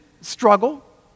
struggle